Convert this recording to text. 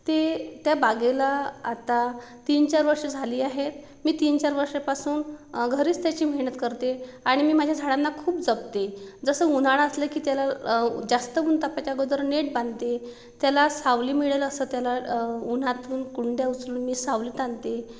ते त्या बागेला आता तीन चार वर्ष झाली आहेत मी तीन चार वर्षापासून घरीच त्याची मेहनत करते आणि मी माझ्या झाडांना खूप जपते जसं उन्हाळा असला की त्याला जास्त ऊन तापायच्या अगोदर नेट बांधते त्याला सावली मिळेल असं त्याला उन्हातून कुंड्या उचलून मी सावलीत आणते